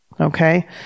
Okay